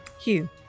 Hugh